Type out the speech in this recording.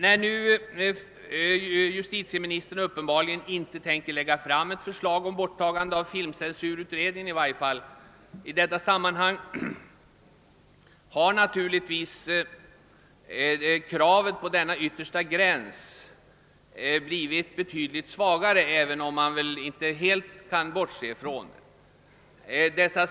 När nu justitieministern uppenbarligen inte tänker lägga fram ett förslag om borttagande av filmcensuren, i varje fall inte i detta sammanhang, har naturligtvis kravet på denna yttersta gräns blivit betydligt svagare, även om man inte helt kan bortse från det.